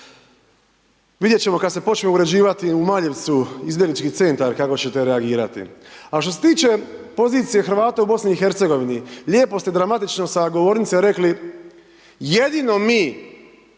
Vidjet ćemo kad se počne uređivati u Maljevcu izbjeglički centar kako će te reagirati. A što se tiče pozicije Hrvata u Bosni i Hercegovini, lijepo ste dramatično sa govornice rekli jedino mi,